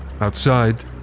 Outside